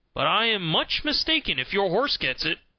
but i am much mistaken if your horse gets it.